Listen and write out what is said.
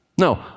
No